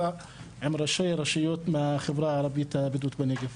עם ראשי רשויות מהחברה הערבית הבדואית בנגב?